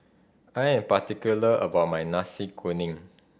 I am particular about my Nasi Kuning